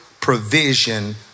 provision